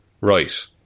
right